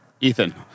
ethan